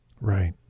Right